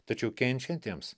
tačiau kenčiantiems